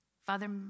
Father